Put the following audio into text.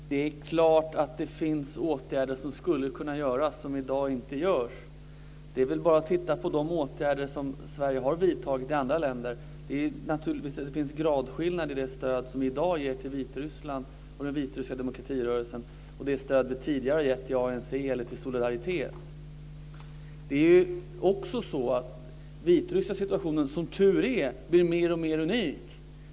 Fru talman! Det är klart att det finns åtgärder som skulle kunna göras som i dag inte görs. Det är bara att titta på de åtgärder som Sverige har vidtagit i andra länder. Det finns naturligtvis gradskillnader när det gäller det stöd som vi i dag ger till Vitryssland och den vitryska demokratirörelsen och det stöd vi tidigare har gett till ANC eller till Solidaritet. Det är också så att den vitryska situationen som tur är blir mer och mer unik.